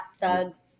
thugs